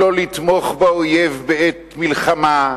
לא לתמוך באויב בעת מלחמה?